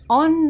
on